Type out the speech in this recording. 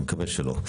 אני מקווה שלא.